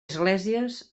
esglésies